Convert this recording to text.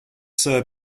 sir